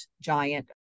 giant